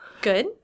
Good